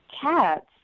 cats